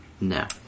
No